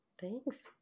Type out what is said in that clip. Thanks